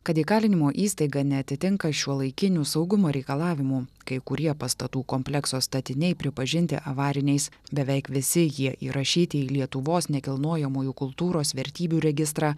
kad įkalinimo įstaiga neatitinka šiuolaikinių saugumo reikalavimų kai kurie pastatų komplekso statiniai pripažinti avariniais beveik visi jie įrašyti į lietuvos nekilnojamųjų kultūros vertybių registrą